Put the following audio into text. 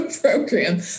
program